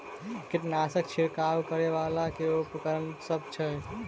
कीटनासक छिरकाब करै वला केँ उपकरण सब छै?